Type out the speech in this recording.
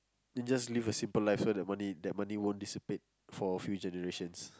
then just live a simple life so that money that money won't dissipate for a few generations